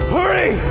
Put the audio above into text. Hurry